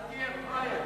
אל תהיה פראייר.